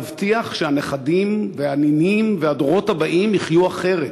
להבטיח שהנכדים והנינים והדורות הבאים יחיו אחרת.